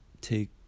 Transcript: take